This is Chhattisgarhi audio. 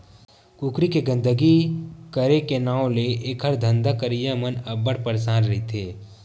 कुकरी के गंदगी करे के नांव ले एखर धंधा करइया मन अब्बड़ परसान रहिथे